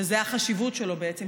וזו החשיבות שלו בעצם,